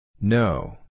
No